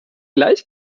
gleich